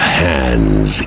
hands